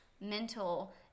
mental